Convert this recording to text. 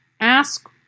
ask